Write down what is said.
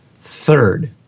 Third